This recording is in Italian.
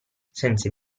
senza